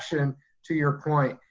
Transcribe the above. reaction to your point.